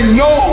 no